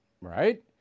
right